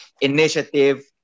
initiative